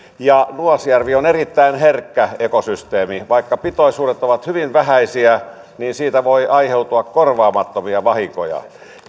nuasjärvi on erittäin herkkä ekosysteemi vaikka pitoisuudet ovat hyvin vähäisiä niin siitä voi aiheutua korvaamattomia vahinkoja